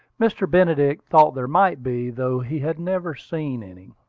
mr. benedict thought there might be, though he had never seen any.